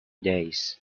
days